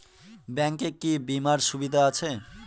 Bank এ কি কী বীমার সুবিধা আছে?